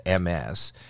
MS